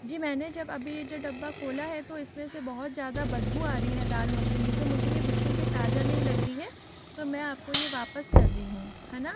जी मैंने जब अभी जो डब्बा खोला है तो इसमें से बहुत ज़्यादा बदबू आ रही है दाल मखनी से मुझे ये बिल्कुल भी ताज़ा नहीं लग रही है तो मैं आपको ये वापस कर रही हूँ है न